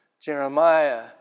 Jeremiah